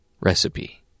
recipe